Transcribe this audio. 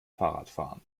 fahrradfahren